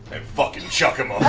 and fucking chuck him um